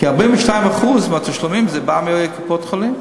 כי 42% מהתשלומים באים מקופות-החולים,